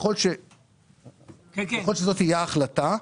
ככל שזאת תהיה החלטה,